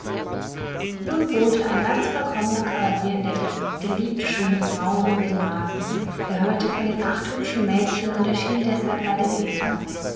nun wohnte ein ganz vollkommener kavalier in der gegend der liebte schöne frauen über die maßen der hörte von den acht hübschen mädchen und erschien deshalb bei dem edelmann